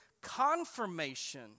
confirmation